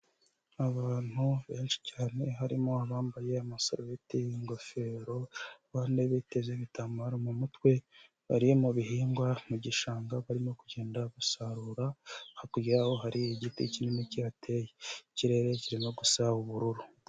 Abantu benshi cyane harimo abambaye amasabeti n'ingofero bane biteze ibitambaro mu mutwe bari mu bihingwa mu gishanga barimo kugenda ba gusarura, hakurya ya ho hari igiti kinini kibateye ikirere kirimo gusaba ubururu.